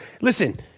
Listen